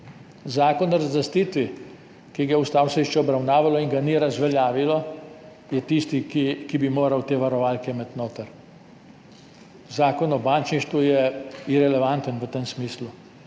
Zakon o razlastitvi, ki ga je Ustavno sodišče obravnavalo in ga ni razveljavilo, je tisti, ki bi moral imeti notri te varovalke. Zakon o bančništvu je irelevanten v tem smislu